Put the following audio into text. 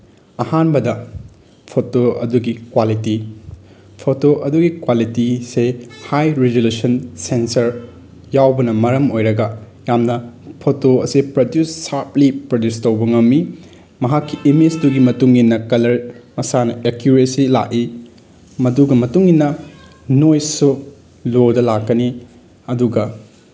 ꯑꯍꯥꯟꯕꯗ ꯐꯣꯇꯣ ꯑꯗꯨꯒꯤ quality photo ꯑꯗꯨꯒꯤ ꯀ꯭ꯋꯥꯂꯤꯇꯤꯁꯦ ꯍꯥꯏ ꯔꯤꯖꯣꯂꯨꯁꯟ ꯁꯦꯡꯆꯔ ꯌꯥꯎꯕꯅ ꯃꯔꯝ ꯑꯣꯏꯔꯒ ꯌꯥꯝꯅ ꯐꯣꯇꯣ ꯑꯁꯤ ꯄ꯭ꯔꯗ꯭ꯌꯨꯁ ꯁꯥꯞꯂꯤ ꯄ꯭ꯔꯗ꯭ꯌꯨꯁ ꯇꯧꯕ ꯉꯝꯃꯤ ꯃꯍꯥꯛꯀꯤ ꯏꯃꯦꯁꯇꯨꯒꯤ ꯃꯇꯨꯡꯏꯟꯅ ꯀꯂꯔ ꯃꯁꯥꯅ ꯑꯦꯀ꯭ꯌꯨꯔꯦꯁꯤ ꯂꯥꯛꯏ ꯃꯗꯨꯒ ꯃꯇꯨꯡꯏꯟꯅ ꯅꯣꯏꯁꯁꯨ ꯂꯣꯗ ꯂꯥꯛꯀꯅꯤ ꯑꯗꯨꯒ